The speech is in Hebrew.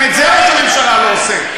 גם את זה ראש הממשלה לא עושה.